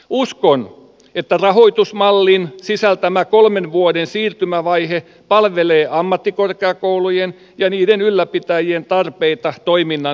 uskon että rahoitusmallin sisältämä kolmen vuoden siirtymävaihe palvelee ammattikorkeakoulujen ja niiden ylläpitäjien tarpeita toiminnan sopeuttamisessa